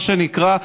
מה שנקרא,